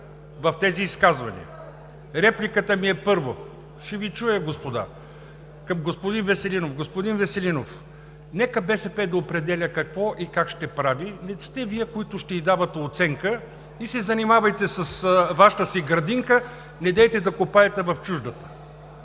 в тези изказвания. Репликата ми е, първо… (Шум и реплики.) Ще Ви чуя, господа. Към господин Веселинов – господин Веселинов, нека БСП да определя какво и как ще прави. Не сте Вие, които ще ѝ давате оценка. И се занимавайте с Вашата си градинка. Недейте да копаете в чуждата.